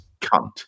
cunt